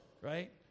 right